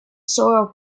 sort